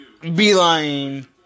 beeline